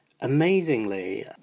Amazingly